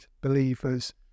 believers